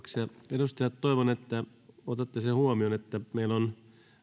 edustajat toivon että otatte huomioon sen että meillä on